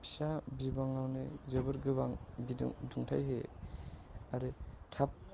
फिसा बिबाङावनो जोबोर गोबां बिदुं दुंथाय होयो आरो थाब